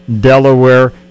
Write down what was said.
Delaware